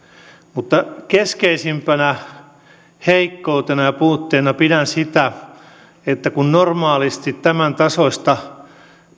mutta keskeisimpänä heikkoutena ja puutteena pidän sitä että kun normaalisti tämäntasoista